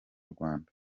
rwanda